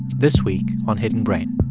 this week on hidden brain